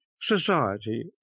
society